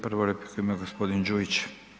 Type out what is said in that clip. Prvu repliku ima g. Đujić.